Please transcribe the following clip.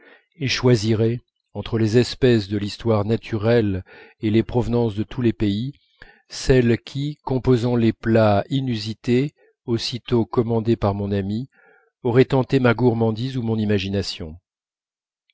et choisirais entre les espèces de l'histoire naturelle et les provenances de tous les pays celles qui composant les plats inusités aussitôt commandés par mon ami auraient tenté ma gourmandise ou mon imagination